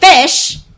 fish